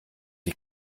die